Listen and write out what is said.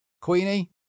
Queenie